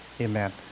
amen